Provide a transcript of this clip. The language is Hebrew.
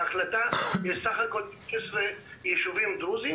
בהחלטה יש בסך הכל 16 יישובים דרוזים